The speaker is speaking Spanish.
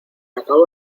acabo